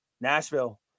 Nashville